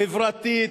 חברתית,